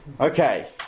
Okay